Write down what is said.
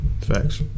facts